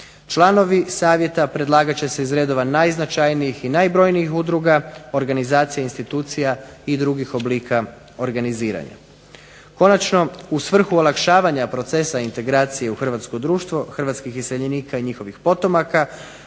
Članovi savjeta predlagat će se iz redova najznačajnijih i najbrojnijih udruga, organizacija, institucija i drugih oblika organiziranja. Konačno, u svrhu olakšavanja procesa integracije u hrvatsko društvo hrvatskih iseljenika i njihovih potomaka